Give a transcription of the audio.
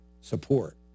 Support